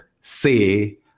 say